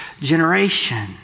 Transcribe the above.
generation